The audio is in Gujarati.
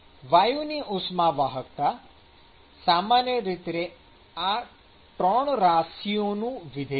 વાયુની ઉષ્માવાહકતા સામાન્ય રીતે આ ૩ રાશિઓનું વિધેય છે